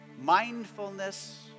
mindfulness